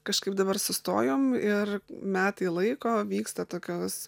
kažkaip dabar sustojom ir metai laiko vyksta tokios